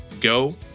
go